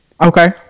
Okay